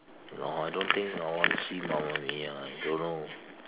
no I don't think I want to see Mamma Mia I don't know